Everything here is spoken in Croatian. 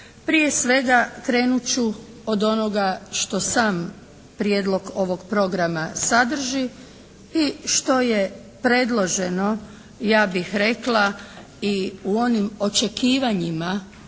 Prije svega krenut ću od onoga što sam prijedlog ovog programa sadrži i što je predloženo ja bih rekla i u onim očekivanjima